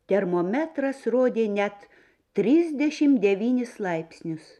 termometras rodė net trisdešimt devynis laipsnius